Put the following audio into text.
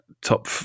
top